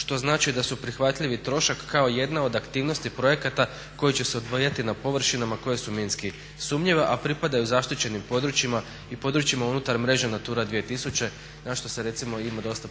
što znači da su prihvatljivi trošak kao jedna od aktivnosti projekata koji će se odvijati na površinama koje su minski sumnjive a pripadaju zaštićenim područjima i područjima unutar mreže Natura 2000. na što se recimo, ima dosta površina